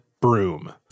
broom